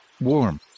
Warm